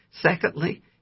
Secondly